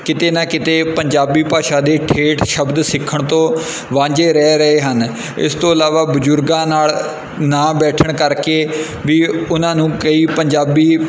ਕਿਤੇ ਨਾ ਕਿਤੇ ਪੰਜਾਬੀ ਭਾਸ਼ਾ ਦੇ ਠੇਠ ਸ਼ਬਦ ਸਿੱਖਣ ਤੋਂ ਵਾਂਝੇ ਰਹਿ ਰਹੇ ਹਨ ਇਸ ਤੋਂ ਇਲਾਵਾ ਬਜ਼ੁਰਗਾਂ ਨਾਲ ਨਾ ਬੈਠਣ ਕਰਕੇ ਵੀ ਉਹਨਾਂ ਨੂੰ ਕਈ ਪੰਜਾਬੀ